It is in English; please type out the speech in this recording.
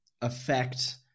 affect